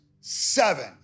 seven